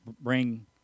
Bring